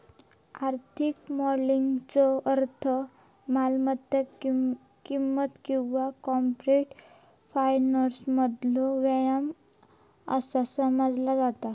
आर्थिक मॉडेलिंगचो अर्थ मालमत्ता किंमत किंवा कॉर्पोरेट फायनान्समधलो व्यायाम असा समजला जाता